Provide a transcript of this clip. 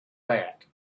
that